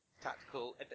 tactical